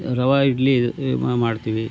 ರವೆ ಇಡ್ಲಿ ಮಾ ಮಾಡ್ತೀವಿ